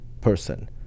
person